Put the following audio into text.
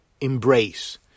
Embrace